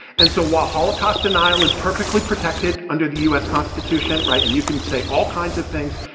and so, while holocaust denial is perfectly protected under the u. s. constitution, right, and you can say all kinds of things